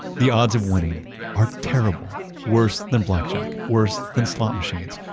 the odds of winning are terrible worse than blackjack, worse than slot machines,